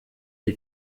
die